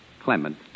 Clement